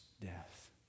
death